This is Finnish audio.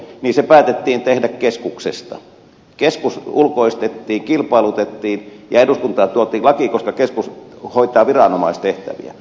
se päätettiin toteuttaa siten että keskus ulkoistettiin kilpailutettiin ja eduskuntaan tuotiin laki koska keskus hoitaa viranomaistehtäviä